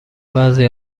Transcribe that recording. بعضی